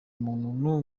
muntu